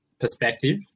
perspective